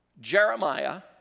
Jeremiah